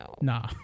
nah